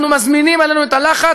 אנחנו מזמינים עלינו את הלחץ,